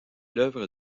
l’œuvre